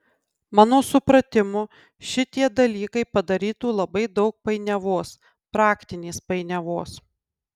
mano supratimu šitie dalykai padarytų labai daug painiavos praktinės painiavos